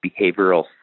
behavioral